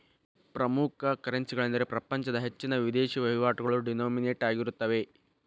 ಪ್ರಮುಖ ಕರೆನ್ಸಿಗಳೆಂದರೆ ಪ್ರಪಂಚದ ಹೆಚ್ಚಿನ ವಿದೇಶಿ ವಹಿವಾಟುಗಳು ಡಿನೋಮಿನೇಟ್ ಆಗಿರುತ್ತವೆ